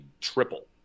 triple